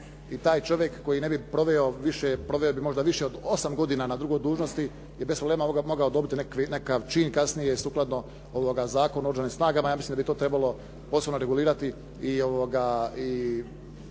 više, proveo bi možda više od osam godina na drugoj dužnosti bi bez problema mogao dobiti nekakav čin kasnije sukladno Zakonu o oružanim snagama. Ja mislim da bi to trebalo posebno regulirati i